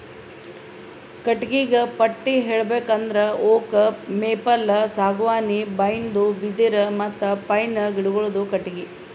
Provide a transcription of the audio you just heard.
ಕಟ್ಟಿಗಿಗ ಪಟ್ಟಿ ಹೇಳ್ಬೇಕ್ ಅಂದ್ರ ಓಕ್, ಮೇಪಲ್, ಸಾಗುವಾನಿ, ಬೈನ್ದು, ಬಿದಿರ್ ಮತ್ತ್ ಪೈನ್ ಗಿಡಗೋಳುದು ಕಟ್ಟಿಗಿ